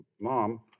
Mom